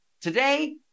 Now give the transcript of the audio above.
Today